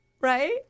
right